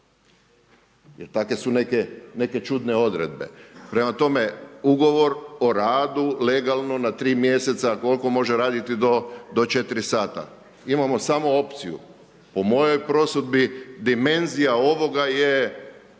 jer takve su neke čudne odredbe. Prema tome Ugovor o radu legalno, na tri mjeseca, koliko može raditi do 4 sata, imamo samo opciju, po mojoj prosudbi, dimenzija ovoga je